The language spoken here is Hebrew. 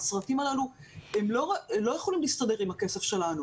הסרטים הללו לא יכולים להסתדר עם הכסף שלנו